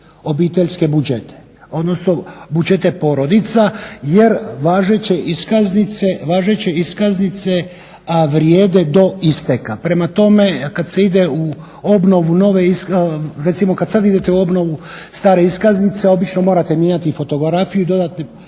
obiteljske budžete, odnosno budžete porodica jer važeće iskaznice vrijede do isteka. Prema tome, kad se ide u obnovu nove iskaznice, recimo kad sad idete u obnovu stare iskaznice obično morate mijenjati fotografiju i dodatne